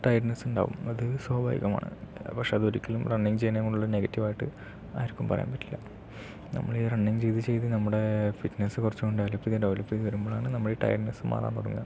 ടൈഡ്നെസ്ണ്ടാകും അത് സ്വാഭാവികം ആണ് പക്ഷെ അതൊരിക്കലും റണ്ണിങ് ചെയ്യുന്നത് കൊണ്ടുള്ള നെഗറ്റീവ് ആയിട്ട് ആർക്കും പറയാൻ പറ്റില്ല നമ്മളീ റണ്ണിംഗ് ചെയ്ത് ചെയ്ത് നമ്മുടെ ഫിറ്റ്നസ് കുറച്ചും കൂടെ ഡെവലപ്പ് ചെയ്ത് ഡെവലപ്പ് ചെയ്ത് വരുമ്പഴാണ് നമ്മളുടെ ടൈഡ്നെസ് മാറാൻ തുടങ്ങുക